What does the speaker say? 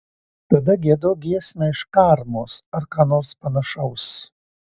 tada giedok giesmę iš karmos ar ką nors panašaus